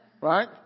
Right